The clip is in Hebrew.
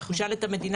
הוא שאל את המדינה,